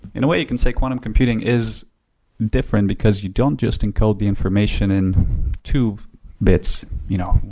in a way you can say quantum computing is different because you don't just encode the information in two bits, you know?